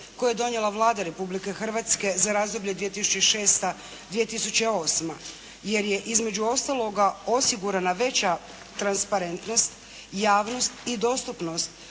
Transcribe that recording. koji je donijela Vlada Republike Hrvatske za razdoblje 2006.-2008., jer je između ostaloga osigurana veća transparentnost, javnost i dostupnost